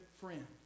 friend